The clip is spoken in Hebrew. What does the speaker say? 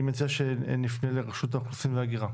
אני מציע שנפנה לרשות האוכלוסין וההגירה,